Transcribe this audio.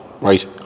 right